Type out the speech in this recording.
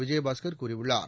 விஜயபாஸ்கர் கூறியுள்ளார்